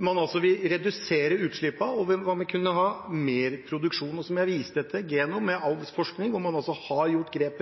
man vil redusere utslippene, og man vil kunne ha mer produksjon. Og jeg viste til Geno, med avlsforskning, hvor man har tatt grep